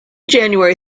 january